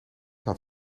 had